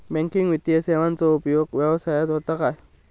Banking वित्तीय सेवाचो उपयोग व्यवसायात होता काय?